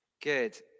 Good